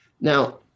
Now